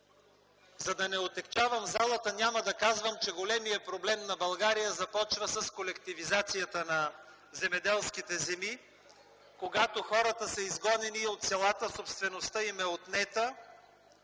За да не отегчавам залата няма да казвам, че големият проблем на България започва с колективизацията на земеделските земи, когато хората са изгонени от селата, а собствеността им е отнета